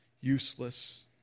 useless